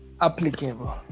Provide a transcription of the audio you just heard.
applicable